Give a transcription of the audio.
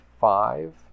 five